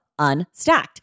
Unstacked